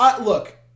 Look